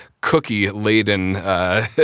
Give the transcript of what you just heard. cookie-laden